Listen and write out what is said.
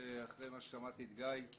אחרי ששמעתי את גיא,